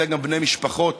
אלה גם בני המשפחות